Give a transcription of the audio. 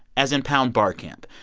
as in pound bar camp?